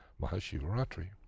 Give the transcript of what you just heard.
Mahashivaratri